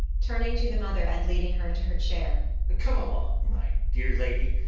turning to the mother and leading her to her chair come along, my dear lady,